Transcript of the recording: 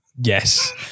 Yes